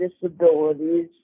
disabilities